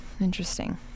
Interesting